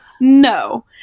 No